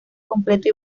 completo